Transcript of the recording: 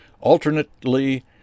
Alternately